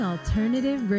Alternative